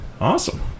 Awesome